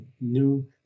new